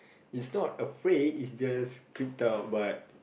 is not afraid is just creep out but